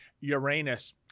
Uranus